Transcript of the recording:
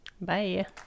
bye